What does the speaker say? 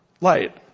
light